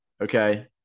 Okay